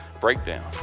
breakdown